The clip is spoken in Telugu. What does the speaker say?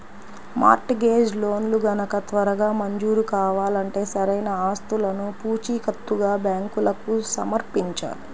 మార్ట్ గేజ్ లోన్లు గనక త్వరగా మంజూరు కావాలంటే సరైన ఆస్తులను పూచీకత్తుగా బ్యాంకులకు సమర్పించాలి